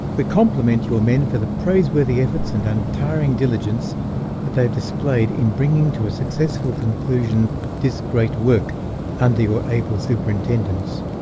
we compliment your men for the praiseworthy efforts and untiring diligence that they've displayed in bringing to a successful conclusion this great work under your able superintendents.